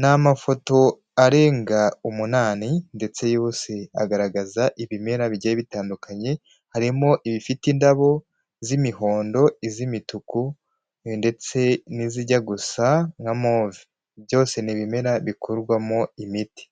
Ni amafoto arenga umunani ndetse yose agaragaza ibimera bigiye bitandukanye. Harimo ibifite indabo z'imihondo ,iz'imituku ndetse n'izijya gusa nka move. Byose ni ibimera bikorwamo imiti.